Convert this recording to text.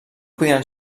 podien